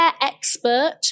expert